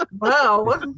Wow